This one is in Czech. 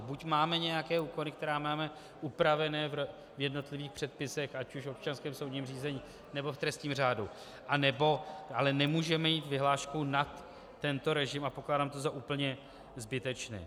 Buď máme nějaké úkony, které máme upravené v jednotlivých předpisech, ať už v občanském soudním řízení, nebo v trestním řádu, ale nemůžeme jít vyhláškou nad tento režim a pokládám to za úplně zbytečné.